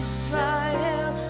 Israel